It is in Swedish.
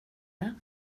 det